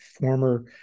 former